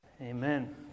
Amen